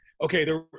Okay